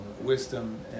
wisdom